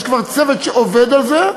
יש כבר צוות שעובד על זה,